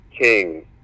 king